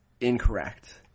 incorrect